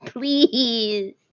Please